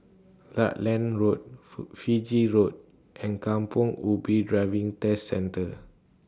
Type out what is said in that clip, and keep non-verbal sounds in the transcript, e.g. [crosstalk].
Rutland Road [unintelligible] Fiji Road and Kampong Ubi Driving Test Centre